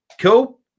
cool